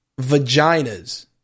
Vaginas